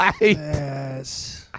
Yes